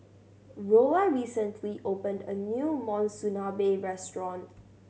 Rolla recently opened a new Monsunabe Restaurant